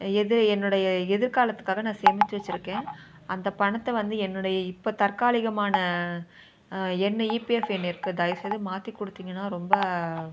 எது என்னுடைய எதிர்காலத்துக்காக நான் சேமித்து வச்சுருக்கேன் அந்த பணத்தை வந்து என்னுடைய இப்போ தற்காலிகமான எண் ஈபிஎஃப் எண்ணிற்கு தயவு செய்து மாற்றி கொடுத்தீங்கனா ரொம்ப